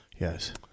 Yes